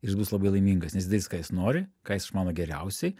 jis bus labai laimingas nes darys ką jis nori ką jis išmano geriausiai